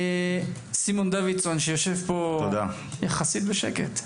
סימון דוידסון שיושב פה יחסית בשקט.